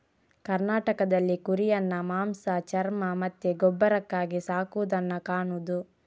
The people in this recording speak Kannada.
ಕರ್ನಾಟಕದಲ್ಲಿ ಕುರಿಯನ್ನ ಮಾಂಸ, ಚರ್ಮ ಮತ್ತೆ ಗೊಬ್ಬರಕ್ಕಾಗಿ ಸಾಕುದನ್ನ ಕಾಣುದು